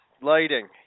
Lighting